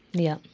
yeah.